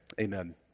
Amen